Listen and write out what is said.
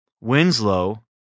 winslow